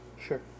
Sure